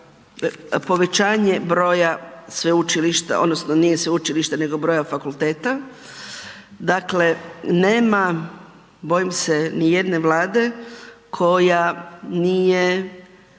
povećanje broja sveučilišta odnosno nije sveučilište nego broja fakulteta, dakle nema bojim se nijedne Vlade koja nije